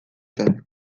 zen